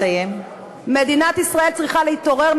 מדינת ישראל צריכה להתעורר.